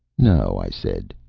no, i said.